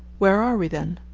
where are we then?